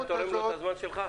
אתה תורם לו את הזמן שלך?